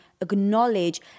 acknowledge